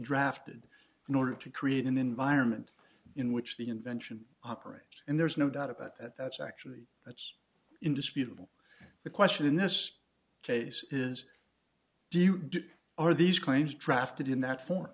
drafted in order to create an environment in which the invention operates and there's no doubt about that that's actually that's indisputable the question in this case is are these claims drafted in that form